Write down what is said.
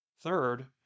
Third